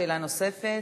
שאלה נוספת,